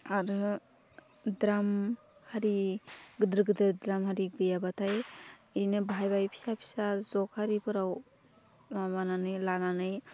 आरो द्राम हारि गोदोर गोदोर द्रामआरि गैयाबाथाय इनो बाहाय बाहाय फिसा फिसा जखारिफोराव माबानानै लानानै